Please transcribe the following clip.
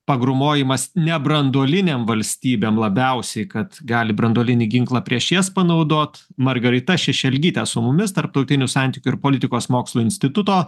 pagrūmojimas nebranduolinėm valstybėm labiausiai kad gali branduolinį ginklą prieš jas panaudot margarita šešelgytė su mumis tarptautinių santykių ir politikos mokslų instituto